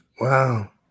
Wow